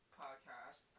podcast